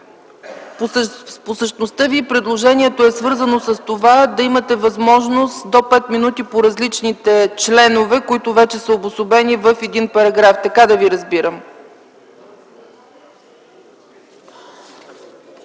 По същността си предложението Ви е свързано с това да имате възможност до 5 минути да вземате отношение по различните членове, които са обособени в един параграф. Така да Ви разбирам.